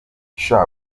sha